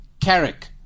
Carrick